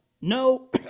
no